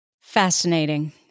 Fascinating